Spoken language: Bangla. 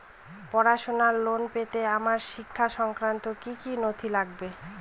পড়াশুনোর লোন পেতে আমার শিক্ষা সংক্রান্ত কি কি নথি লাগবে?